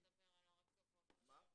אתה לא באמת רוצה לדבר על הרכבות, נכון?